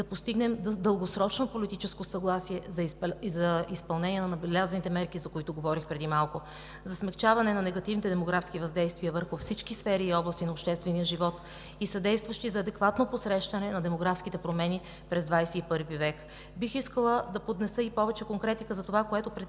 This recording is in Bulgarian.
да постигнем дългосрочно политическо съгласие за изпълнение на набелязаните мерки, за които говорих преди малко, за смекчаване на негативните демографски въздействия върху всички сфери и области на обществения живот и съдействащи за адекватно посрещане на демографските промени през 21 век. Бих искала да поднеса и повече конкретика за това, което предприемаме,